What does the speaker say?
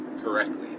correctly